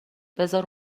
بزار